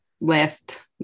last